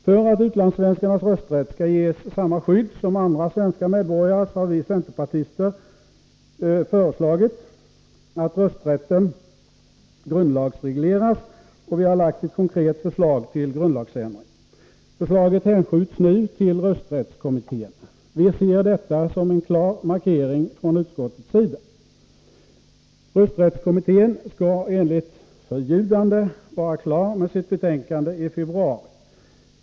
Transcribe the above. För att utlandssvenskarnas rösträtt skall ges samma skydd som andra svenska medborgares har vi centerpartister föreslagit att rösträtten grundlagsregleras, och vi har lagt fram ett konkret förslag till grundlagsändring. Förslaget hänskjuts nu till rösträttskommittén. Vi ser detta som en klar markering från utskottets sida. Rösträttskommittén skall enligt förljudande vara klar med sitt betänkande i februari.